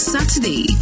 Saturday